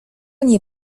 nie